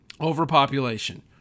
overpopulation